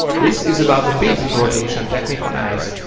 this is about the basic rotation technique on ice.